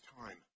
time